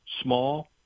small